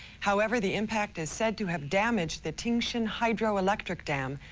however, the impact is said to have damaged the tingshin hydroelectric dam,